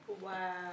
Wow